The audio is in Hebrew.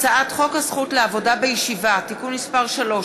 הצעת חוק הזכות לעבודה בישיבה (תיקון מס' 3),